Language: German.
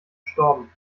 gestorben